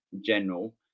general